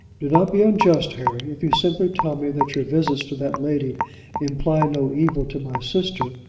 do not be unjust, harry. if you simply tell me that your visits to that lady imply no evil to my sister,